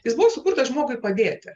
jis buvo sukurtas žmogui padėti